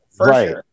Right